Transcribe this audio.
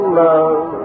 love